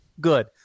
Good